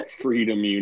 Freedom